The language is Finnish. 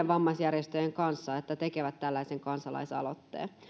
vammaisjärjestöjen kanssa siihen että tekevät tällaisen kansalaisaloitteen